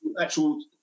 actual